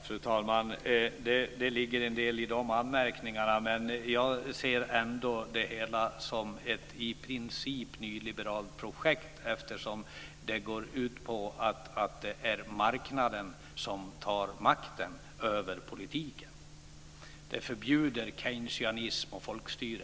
Fru talman! Det ligger en del i de anmärkningarna. Jag ser ändå det hela som ett i princip nyliberalt projekt, eftersom det går ut på att marknaden tar makten över politiken. Det förbjuder Keynesianism och folkstyre.